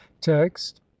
Text